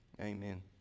Amen